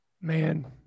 Man